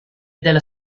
della